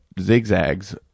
Zigzags